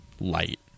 light